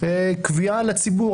קביעה לציבור.